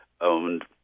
owned